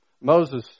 Moses